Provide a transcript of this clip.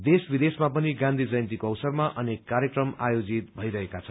देश विदेशमा पनि गाँधी जयन्तीको अवसरमा अनेक कार्यक्रम आयेजित भइरहेका छन्